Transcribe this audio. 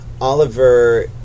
Oliver